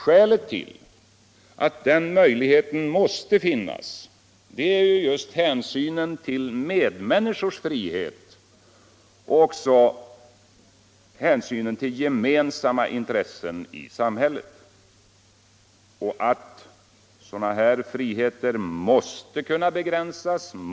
Skälet till att den möjligheten måste finnas är just hänsynen till medmänniskors frihet och till gemensamma intressen i samhället. Det råder också allmän enighet om att sådana här friheter måste kunna begränsas.